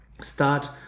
start